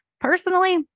Personally